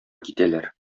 китәләр